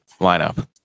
lineup